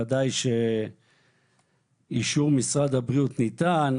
ודאי שאישור משרד הבריאות ניתן,